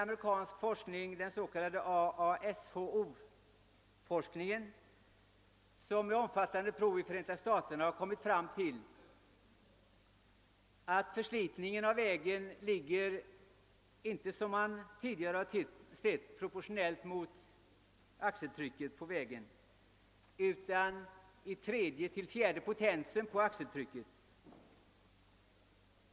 Jag hänvisar här till den s.k. AASHO-forskningen, där man vid omfattande prov i Förenta staterna kommit fram till att förslitningen av vägen inte som man tidigare ansett är proportionell mot axeltrycket på vägen utan i stället bör sättas vid tredje eller fjärde potensen på axeltrycket.